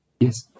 Yes